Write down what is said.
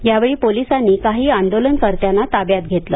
यावेळी पोलिसांनी काही आंदोलनकत्यांना ताब्यात घेतले